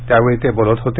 त्यावेळी ते बोलत होते